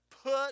Put